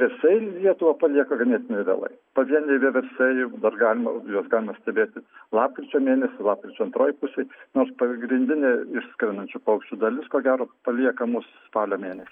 vieversiai lietuvą palieka ganėtinai vėlai pavieniai vieversiai dar galima juos galima stebėti lapkričio mėnesį lapkričio antroj pusėj nors pagrindinė išskrendančių paukščių dalis ko gero palieka mus spalio mėnesį